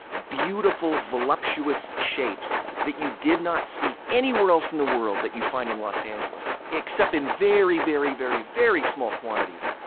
beautiful, voluptuous shapes that you did not see anywhere else in the world, that you'd find in los angeles. except in very, very, very, very small quantities.